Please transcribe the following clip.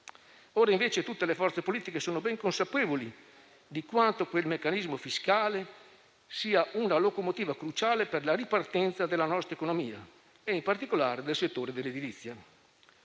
Ora, invece, tutte le forze politiche sono ben consapevoli di quanto quel meccanismo fiscale sia una locomotiva cruciale per la ripartenza della nostra economia e, in particolare, del settore dell'edilizia.